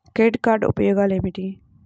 Credit card ఉపయోగాలు ఏమిటి?